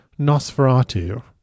Nosferatu